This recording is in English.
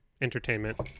Entertainment